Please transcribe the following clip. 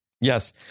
yes